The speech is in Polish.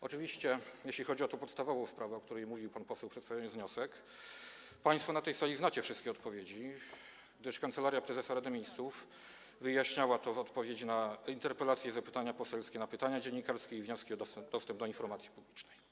Oczywiście, jeśli chodzi o tę podstawową sprawę, o której mówił pan poseł, przedstawiając wniosek, to państwo na tej sali znacie wszystkie odpowiedzi, gdyż Kancelaria Prezesa Rady Ministrów wyjaśniała to w odpowiedzi na interpelacje i zapytania poselskie, na pytania dziennikarskie i wnioski o dostęp do informacji publicznej.